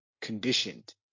conditioned